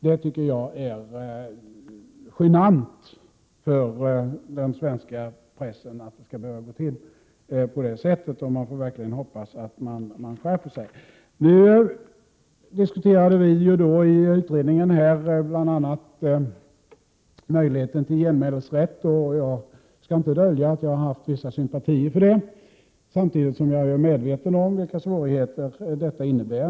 Jag tycker det är genant för den svenska pressen att det kan gå till på det sättet. Jag får verkligen hoppas att man skärper sig. I utredningen diskuterade vi bl.a. möjligheten till genmälesrätt, och jag skall inte dölja att jag har haft vissa sympatier för den, samtidigt som jag är medveten om vilka svårigheter den innebär.